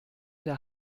der